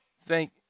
thank